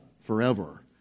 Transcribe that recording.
forever